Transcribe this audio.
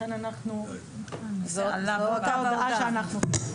לכן חשבנו שכאן אנחנו נביא את הנימוקים.